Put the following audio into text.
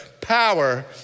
power